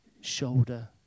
shoulder